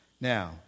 Now